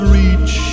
reach